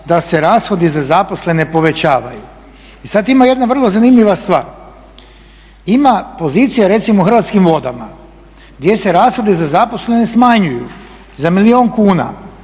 da se rashodi za zaposlene povećavaju. I sada ima jedna vrlo zanimljiva stvar, ima pozicija recimo u Hrvatskim vodama gdje se rashodi za zaposlene smanjuju za milijun kuna